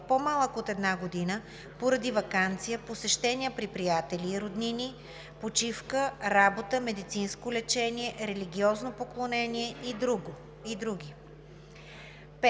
по-малък от една година, поради ваканция, посещения при приятели и роднини, почивка, работа, медицинско лечение, религиозно поклонение и други.